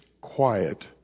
Quiet